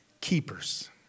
keepers